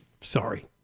Sorry